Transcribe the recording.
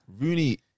Rooney